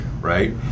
right